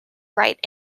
right